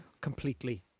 Completely